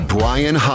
Brian